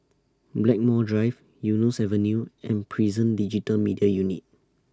Blackmore Drive Eunos Avenue and Prison Digital Media Unit